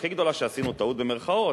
ה"טעות" הכי גדולה שעשינו, טעות במירכאות,